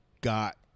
got